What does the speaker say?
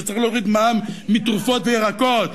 שצריך להוריד מע"מ מתרופות וירקות?